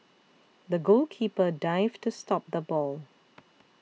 the goalkeeper dived to stop the ball